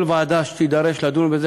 כל ועדה שתידרש לדון בזה,